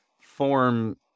form